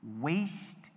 waste